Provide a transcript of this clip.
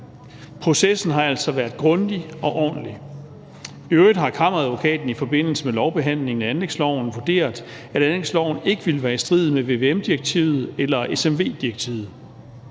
Processen har altså været grundig og ordentlig. I øvrigt har kammeradvokaten i forbindelse med lovbehandlingen af anlægsloven vurderet, at anlægsloven ikke ville være i strid med vvm-direktivet eller smv-direktivet,